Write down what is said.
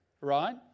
Right